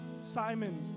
Simon